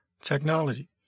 technology